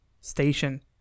station